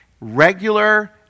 regular